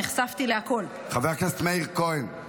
נחשפתי לכל --- חבר הכנסת מאיר כהן,